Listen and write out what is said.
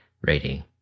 rating